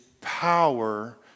power